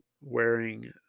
wearing